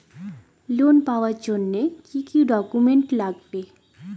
Loan পাওয়ার জন্যে কি কি ডকুমেন্ট লাগবে?